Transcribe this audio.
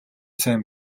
сайн